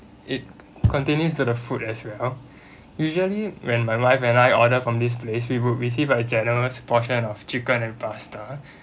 it continues to the food as well usually when my wife and I order from this place we would receive a generous portion of chicken and pasta